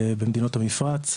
במדינות המפרץ.